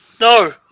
No